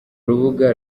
rubuga